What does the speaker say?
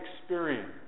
experience